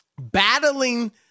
battling